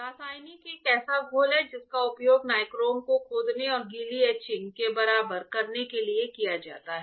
रासायनिक एक ऐसा घोल है जिसका उपयोग नाइक्रोम को खोदने और गीली एचिंग के बराबर करने के लिए किया जाता है